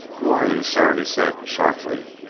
who are you, sir? he said sharply.